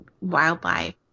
wildlife